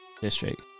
District